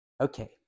Okay